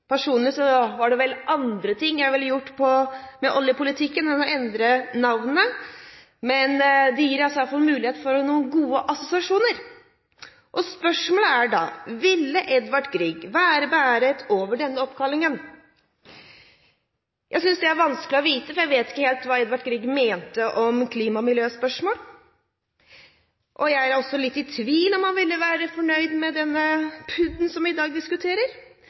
Personlig er det vel andre ting jeg ville ha gjort med oljepolitikken enn å endre navn, men det gir oss iallfall mulighet for noen gode assosiasjoner. Spørsmålet er da: Ville Edvard Grieg vært beæret over denne oppkallingen? Jeg synes det er vanskelig å vite, for jeg vet ikke helt hva Edvard Grieg mente om klima- og miljøspørsmål, men jeg er altså litt i tvil om han ville vært fornøyd med denne PUD-en som vi i dag diskuterer.